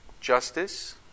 Justice